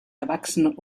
erwachsenen